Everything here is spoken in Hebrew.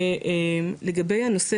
זה לגבי נושא